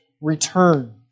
return